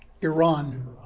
Iran